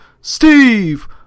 Steve